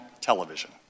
television